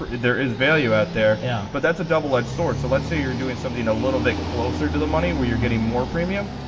there is value out there yeah but that's a double edged sword so let's say you're doing something a little bit closer to the money where you're getting more premium.